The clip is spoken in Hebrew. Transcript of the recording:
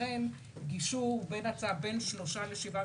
לכן גישור בין שלושה לשבעה,